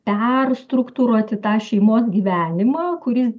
perstruktūruoti tą šeimos gyvenimą kuris